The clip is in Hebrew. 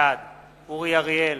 בעד אורי אריאל,